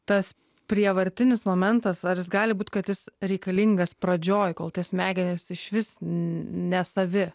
tas prievartinis momentas ar jis gali būt kad jis reikalingas pradžioj kol smegenys išvis n nesavi